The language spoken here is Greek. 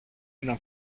ένα